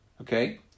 okay